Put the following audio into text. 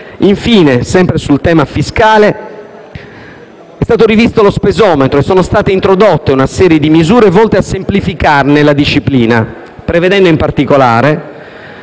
Infine, sempre sul tema fiscale, è stato rivisto lo spesometro ed è stata introdotta una serie di misure volte a semplificarne la disciplina, prevedendo in particolare,